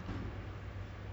oh chinese